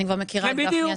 אני כבר מכירה את גפני.